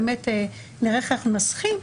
באמת נראה איך אנחנו מנסחים,